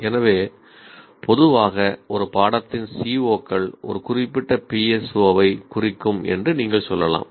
எனவே பொதுவாக ஒரு பாடத்தின் CO கள் ஒரு குறிப்பிட்ட PSO ஐ குறிக்கும் என்று நீங்கள் சொல்லலாம்